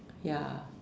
ya